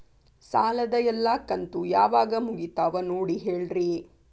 ಸಾಲದ ಎಲ್ಲಾ ಕಂತು ಯಾವಾಗ ಮುಗಿತಾವ ನೋಡಿ ಹೇಳ್ರಿ